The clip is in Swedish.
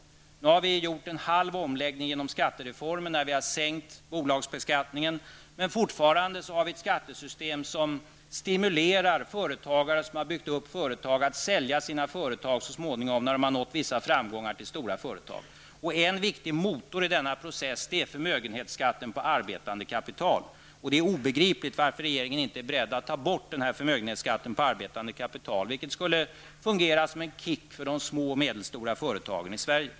Nu har vi gjort en halv omläggning genom skattereformen, när vi har sänkt bolagsbeskattningen. Men fortfarande har vi ett skattesystem som stimulerar dem som har byggt upp företag och så småningom har nått vissa framgångar, att sälja sina företag till stora företag. En viktig motor i denna process är förmögenhetsskatten på arbetande kapital. Det är obegripligt att regeringen inte är beredd att ta bort den här förmögenhetsskatten på arbetande kapital, vilket skulle fungera som en kick för de små och medelstora företagen i Sverige.